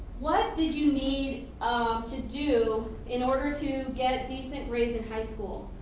what did you need um to do in order to get decent grades in high school?